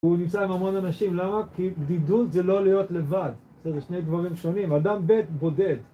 הוא נמצא עם המון אנשים. למה? כי בדידות זה לא להיות לבד. זה שני דברים שונים. אדם ב' בודד.